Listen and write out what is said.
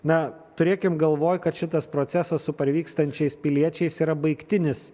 na turėkim galvoj kad šitas procesas su parvykstančiais piliečiais yra baigtinis